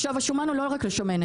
השומן הוא לא רק לשמנת.